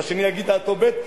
השני יגיד דעתו ב',